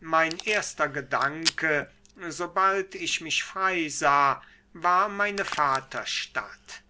mein erster gedanke sobald ich mich frei sah war meine vaterstadt